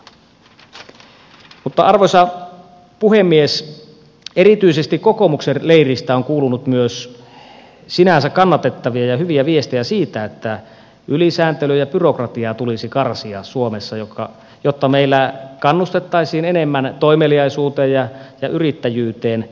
mutta arvoisa puhemies erityisesti kokoomuksen leiristä on kuulunut myös sinänsä kannatettavia ja hyviä viestejä siitä että ylisääntelyä ja byrokratiaa tulisi karsia suomessa jotta meillä kannustettaisiin enemmän toimeliaisuuteen ja yrittäjyyteen